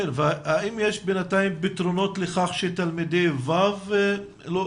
האם יש בינתיים פתרונות לכך שתלמידי ו' לא